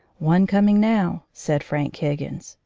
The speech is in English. one coming now, said frank higgins.